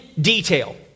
detail